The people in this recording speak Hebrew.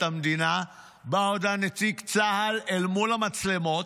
המדינה שבו הודה נציג צה"ל אל מול המצלמות,